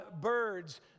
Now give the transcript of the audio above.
birds